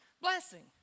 blessing